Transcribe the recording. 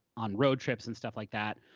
on road trips and stuff like that.